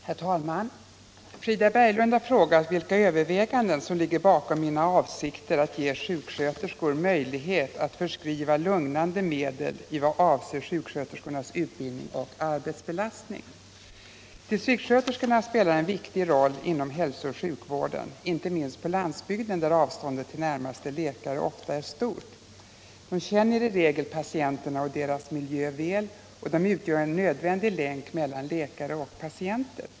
Herr talman! Frida Berglund har frågat vilka överväganden som ligger bakom mina avsikter att ge sjuksköterskor möjlighet att förskriva lugnande medel i vad avser sjuksköterskornas utbildning och arbetsbelastning. Distriktssköterskorna spelar en viktig roll inom hälsooch sjukvården, inte minst på landsbygden, där avståndet till närmaste läkare ofta är stort. De känner i regel patienterna och dessas miljö väl, och de utgör en nödvändig länk mellan läkare och patienter.